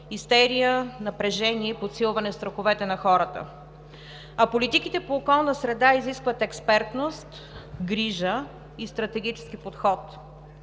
истерия, напрежение и подсилване страховете на хората, а политиките по околна среда изискват експертност, грижа и стратегически подход.